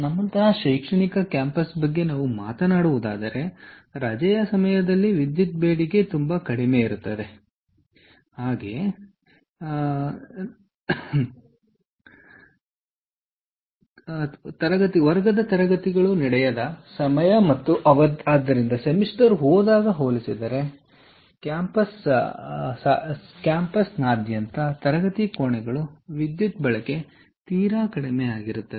ನಮ್ಮಂತಹ ಶೈಕ್ಷಣಿಕ ಕ್ಯಾಂಪಸ್ ಬಗ್ಗೆ ನಾವು ಮಾತನಾಡಿದರೆ ರಜೆಯ ಸಮಯದಲ್ಲಿ ವಿದ್ಯುತ್ ಬೇಡಿಕೆ ಕಡಿಮೆ ಇರುತ್ತದೆ ಎಂದು ನಾವು ನೋಡುತ್ತೇವೆ ರಜೆಯ ಅವಧಿಯಲ್ಲಿ ವಿದ್ಯುತ್ ಬಳಕೆ ಅಥವಾ ಬೇಡಿಕೆ ಕಡಿಮೆ ಇರುತ್ತದೆ ಏಕೆಂದರೆ ಅದು ವರ್ಗ ತರಗತಿಗಳು ನಡೆಯದ ಸಮಯ ಮತ್ತು ಆದ್ದರಿಂದ ಸೆಮಿಸ್ಟರ್ ಹೋದಾಗ ಹೋಲಿಸಿದರೆ ಕ್ಯಾಂಪಸ್ನಾದ್ಯಂತ ತರಗತಿ ಕೋಣೆಗಳಲ್ಲಿ ವಿದ್ಯುತ್ ಬಳಕೆಯು ತೀರಾ ಕಡಿಮೆಯಾಗಿರುತ್ತದೆ